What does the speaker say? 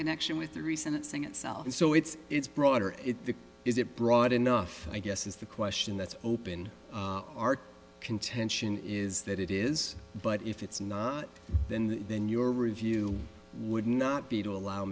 connection with the recent thing itself so it's it's broader is it broad enough i guess is the question that's open our contention is that it is but if it's not then then your review would not be to allow